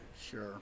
Sure